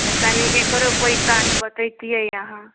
तऽ कनि एकरो कोइ काट बतैतियै अहाँ